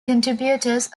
contributors